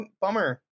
bummer